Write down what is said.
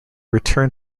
return